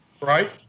right